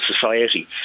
society